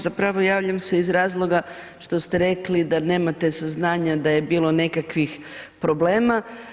Zapravo javljam se iz razloga što ste rekli da nemate saznanja da je bilo nekakvih problema.